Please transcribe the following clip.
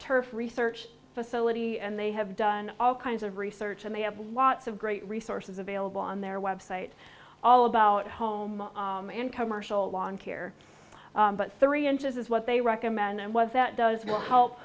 a research facility and they have done all kinds of research and they have lots of great resources available on their website all about home and commercial lawn care but three inches is what they recommend was that does not help